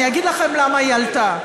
אני אגיד לכם למה היא עלתה.